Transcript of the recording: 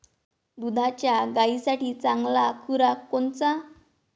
दुधाच्या गायीसाठी चांगला खुराक कोनचा?